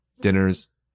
dinners